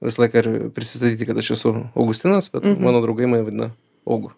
visą laiką ir prisistatyti kad aš esu augustinas mano draugai mane vadina augu